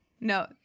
No